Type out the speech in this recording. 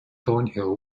thornhill